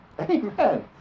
Amen